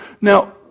now